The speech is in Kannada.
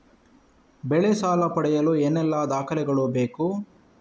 ಬೆಳೆ ಸಾಲ ಪಡೆಯಲು ಏನೆಲ್ಲಾ ದಾಖಲೆಗಳು ಬೇಕು?